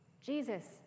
Jesus